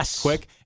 quick